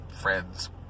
friends